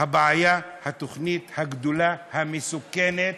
הבעיה היא התוכנית הגדולה, המסוכנת,